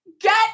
Get